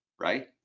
right